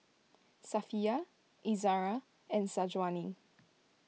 Safiya Izara and Syazwani